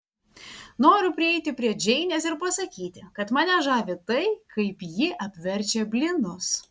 noriu prieiti prie džeinės ir pasakyti kad mane žavi tai kaip ji apverčia blynus